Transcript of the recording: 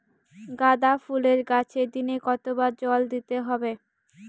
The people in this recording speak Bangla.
গাদা ফুলের গাছে দিনে কতবার জল দিতে হবে?